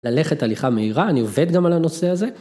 ללכת הליכה מהירה, אני עובד גם על הנושא הזה.